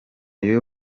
y’u